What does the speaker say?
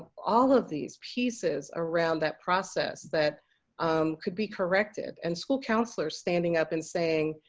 all of these pieces around that process that could be corrected. and school counselors standing up and saying,